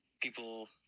people